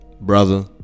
Brother